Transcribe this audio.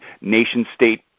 nation-state